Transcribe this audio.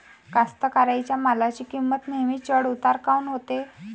कास्तकाराइच्या मालाची किंमत नेहमी चढ उतार काऊन होते?